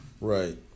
right